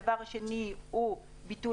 הדבר השני הוא ביטול